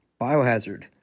Biohazard